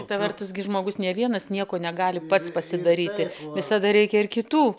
kita vertus gi žmogus nė vienas nieko negali pats pasidaryti visada reikia ir kitų